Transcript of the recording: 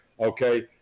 okay